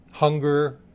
Hunger